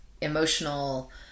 emotional